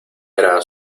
era